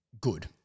good